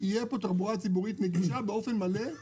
תהיה פה תחבורה ציבורית נגישה באופן מלא,